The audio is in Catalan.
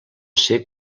ser